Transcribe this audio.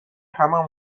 همه